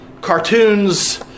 Cartoons